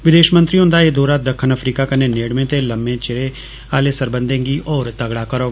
विदेश मंत्री हुंदा एह् दौरा दक्खन अफ्रीका कन्नै नेड़में ते लम्में चिरें आहले सरबंधें गी होर तगड़ा करोग